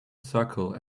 circle